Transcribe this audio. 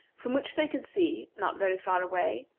from which they could see, not very far away,